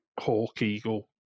hawk-eagle